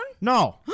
No